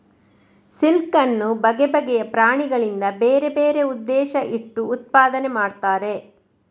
silk ಅನ್ನು ಬಗೆ ಬಗೆಯ ಪ್ರಾಣಿಗಳಿಂದ ಬೇರೆ ಬೇರೆ ಉದ್ದೇಶ ಇಟ್ಟು ಉತ್ಪಾದನೆ ಮಾಡ್ತಾರೆ